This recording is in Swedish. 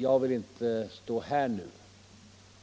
Jag vill inte stå här nu